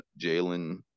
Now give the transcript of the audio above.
Jalen